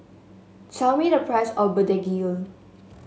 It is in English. tell me the price of begedil